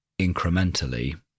incrementally